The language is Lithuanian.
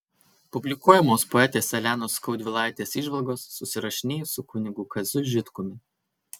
publikuojamos poetės elenos skaudvilaitės įžvalgos susirašinėjus su kunigu kaziu žitkumi